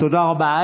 תודה רבה.